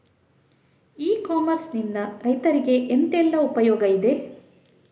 E commerce ನಿಂದ ರೈತರಿಗೆ ಎಂತೆಲ್ಲ ಉಪಯೋಗ ಇದೆ?